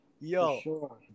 Yo